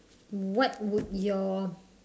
what would your